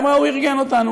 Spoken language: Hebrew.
אמרה: הוא ארגן אותנו,